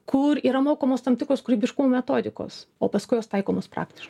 kur yra mokamos tam tikros kūrybiškumo metodikos o paskui jos taikomos praktiškai